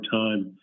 time